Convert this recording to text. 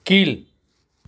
கீழ்